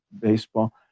baseball